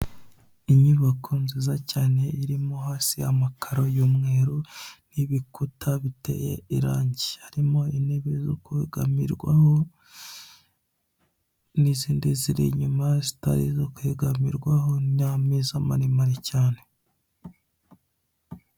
Inyubako nziza cyane irimo hasi amakaro y'umweru n'ibikuta biteye irange harimo intebe yo kwegamirwaho n'izindi ziri inyuma zitari izo kwegamirwaho n'ameza maremare cyane.